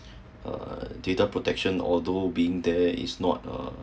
uh data protection although being there is not uh